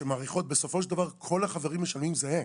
בסופו של דבר כל החברים משלמים סכום זהה,